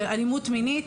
שאלימות מינית,